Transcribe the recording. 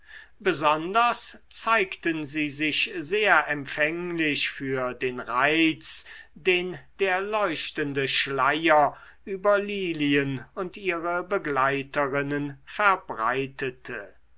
besonders zeigten sie sich sehr empfänglich für den reiz den der leuchtende schleier über lilien und ihre begleiterinnen verbreitete